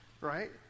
Right